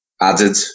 added